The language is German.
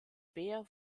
beer